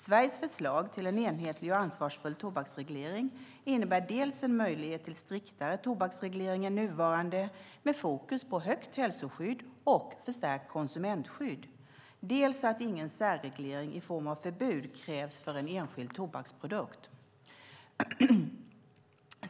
Sveriges förslag till en enhetlig och ansvarsfull tobaksreglering innebär dels en möjlighet till striktare tobaksreglering än nuvarande med fokus på högt hälsoskydd och förstärkt konsumentskydd, dels att ingen särreglering i form av förbud krävs för en enskild tobaksprodukt.